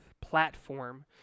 platform